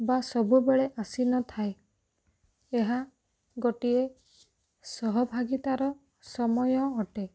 ବା ସବୁବେଳେ ଆସିନଥାଏ ଏହା ଗୋଟିଏ ସହଭାଗିତାର ସମୟ ଅଟେ